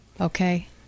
Okay